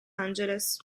angeles